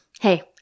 hey